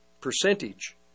percentage